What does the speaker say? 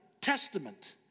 Testament